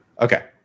Okay